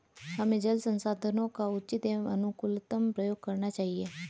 हमें जल संसाधनों का उचित एवं अनुकूलतम प्रयोग करना चाहिए